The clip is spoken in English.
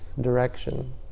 direction